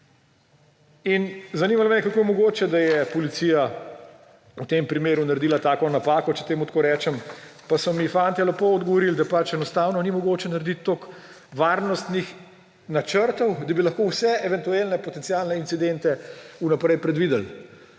In zanimalo me je, kako je mogoče, da je policija v tem primeru naredila tako napako, če temu tako rečem, pa so mi fantje lepo odgovorili, da pač enostavno ni mogoče narediti toliko varnostnih načrtov, da bi lahko vse eventualne, potencialne incidente vnaprej predvideli.